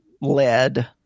led